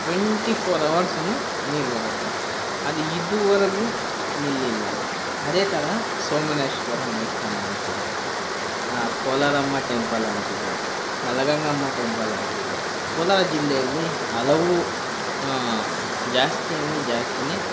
twenty four ಹವರ್ಸೂನು ನೀರು ಬರುತ್ತೆ ಅದು ಇದುವರೆಗೂ ನಿಲ್ಲಿಲ್ಲ ಅದು ಅದೇ ತರಹ ಸೋಮನೇಶ್ವರ ದೇವಸ್ಥಾನ ಅಂತಿದೆ ಕೋಲಾರಮ್ಮ ಟೆಂಪಲ್ ಅಂತಿದೆ ನಲಗಂಗಮ್ಮ ಟೆಂಪಲ್ ಅಂತಿದೆ ಕೋಲಾರ ಜಿಲ್ಲೆಯಲ್ಲಿ ಹಲವು ಜಾಸ್ತಿ ಅಂದರೆ ಜಾಸ್ತಿನೇ